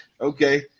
okay